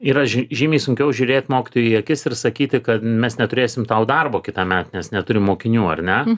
yra žy žymiai sunkiau žiūrėt mokytojui į akis ir sakyti kad mes neturėsim tau darbo kitąmet nes neturim mokinių ar ne